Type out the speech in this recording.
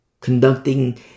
conducting